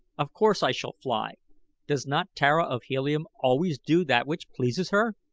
of course i shall fly does not tara of helium always do that which pleases her?